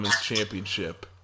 Championship